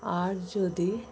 আর যদি